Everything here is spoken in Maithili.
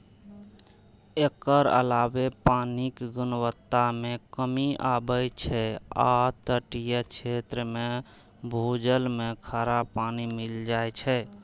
एकर अलावे पानिक गुणवत्ता मे कमी आबै छै आ तटीय क्षेत्र मे भूजल मे खारा पानि मिल जाए छै